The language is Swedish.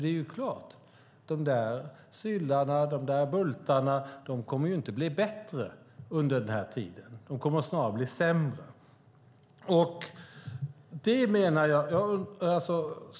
Det är klart att de där syllarna och bultarna inte kommer att bli bättre under den tiden, snarare sämre.